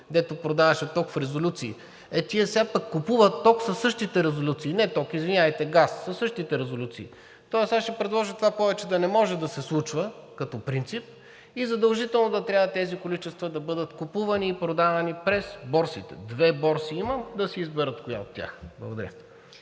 дето продаваше ток в резолюции? Ето, тези сега пък купуват ток със същите резолюции – не ток, извинявайте, газ, със същите резолюции. Тоест аз ще предложа това повече да не може да се случва като принцип и задължително да трябва тези количества да бъдат купувани и продавани през борсите. Две борси има – да си изберат коя от тях. Благодаря.